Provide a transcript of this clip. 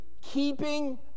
keeping